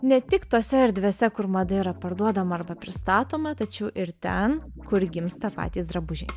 ne tik tose erdvėse kur mada yra parduodama arba pristatoma tačiau ir ten kur gimsta patys drabužiai